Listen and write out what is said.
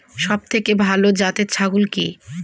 সবথেকে ভালো জাতের ছাগল কি?